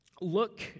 look